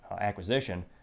acquisition